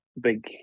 big